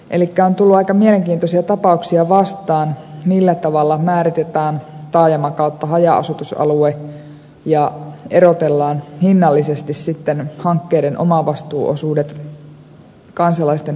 elikkä on tullut aika mielenkiintoisia tapauksia vastaan millä tavalla määritetään taajama kautta haja asutusalue ja erotellaan hinnallisesti sitten hankkeiden omavastuuosuudet kansalaisten osalta